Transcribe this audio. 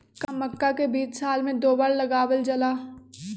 का मक्का के बीज साल में दो बार लगावल जला?